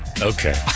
Okay